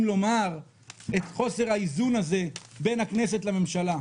לומר את חוסר האיזון הזה בין הכנסת לממשלה,